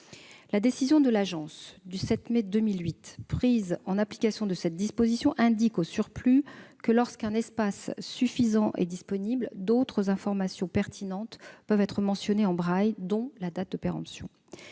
sa décision du 7 mai 2008 prise en application de cette disposition, l'ANSM indique que, lorsqu'un espace suffisant est disponible, d'autres informations pertinentes peuvent être mentionnées en braille, dont la date de péremption.